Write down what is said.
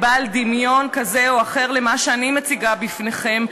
הוא בעל דמיון כזה או אחר למה שאני מציגה בפניכם,